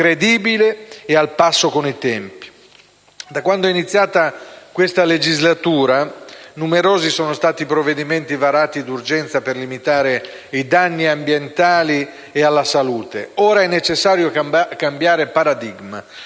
credibile e al passo con i tempi. Da quando è iniziata questa legislatura numerosi sono stati i provvedimenti varati d'urgenza per limitare i danni ambientali e alla salute: ora è necessario cambiare paradigma,